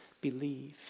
believe